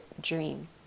dream